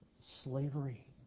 slavery